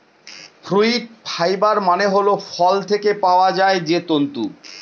fruit fibre মানে হল ফল থেকে পাওয়া যায় যে তন্তু